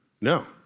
No